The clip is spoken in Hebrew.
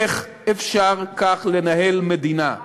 איך אפשר כך לנהל מדינה?